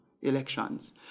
elections